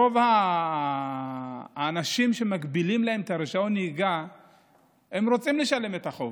רוב האנשים שמגבילים להם את רישיון הנהיגה רוצים לשלם את החוב.